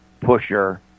pusher